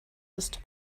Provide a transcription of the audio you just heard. ist